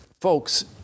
folks